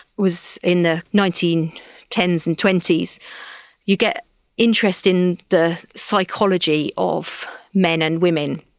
was in the nineteen ten s and twenty s you get interest in the psychology of men and women,